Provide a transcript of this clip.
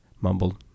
mumbled